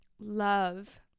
love